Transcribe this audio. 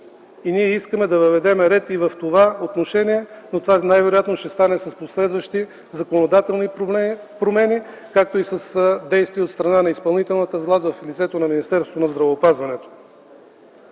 и ние искаме да въведем ред и в това отношение. Най-вероятно това ще стане с последващи законодателни промени, както и с действия от страна на изпълнителната власт в лицето на Министерството на здравеопазването.